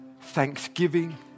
thanksgiving